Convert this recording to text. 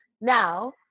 Now